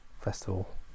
festival